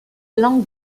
langue